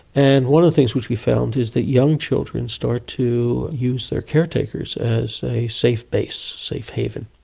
and one of the things which we found is that young children start to use their caretakers as a safe base, safe haven,